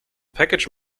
package